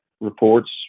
report's